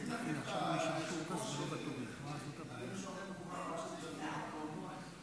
תושבי קו העימות בצפון סובלים בצורה קשה ביותר החל מיום 8 באוקטובר